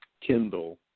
Kindle